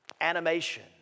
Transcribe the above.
animation